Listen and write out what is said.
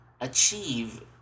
achieve